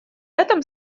этом